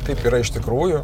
taip yra iš tikrųjų